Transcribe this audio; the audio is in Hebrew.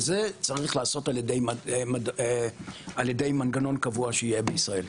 וזה צריך לעשות ע"י מנגנון קבוע שיהיה בישראל,